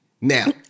Now